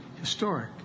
historic